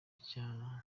cya